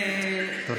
תודה.